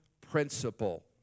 principle